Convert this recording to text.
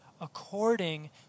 According